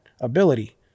ability